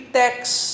text